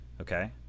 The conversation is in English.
Okay